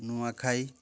Nuakhai